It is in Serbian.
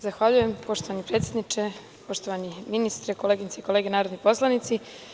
Zahvaljujem, poštovani predsedniče, poštovani ministre, koleginice i kolege narodni poslanici.